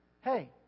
Hey